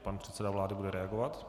Pan předseda vlády bude reagovat.